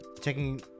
checking